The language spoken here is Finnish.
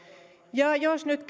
ja jos nyt